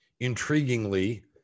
Intriguingly